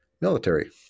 Military